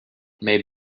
may